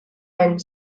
and